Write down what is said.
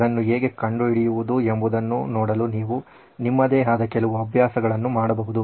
ಇದನ್ನು ಹೇಗೆ ಕಂಡುಹಿಡಿಯುವುದು ಎಂಬುದನ್ನು ನೋಡಲು ನೀವು ನಿಮ್ಮದೇ ಆದ ಕೆಲವು ಆಭ್ಯಾಸಗಳನ್ನು ಮಾಡಬಹುದು